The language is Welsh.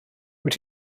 wyt